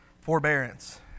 forbearance